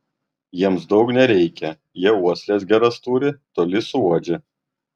jiems daug nereikia jie uosles geras turi toli suuodžia